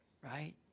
Right